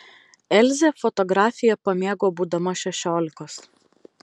elzė fotografiją pamėgo būdama šešiolikos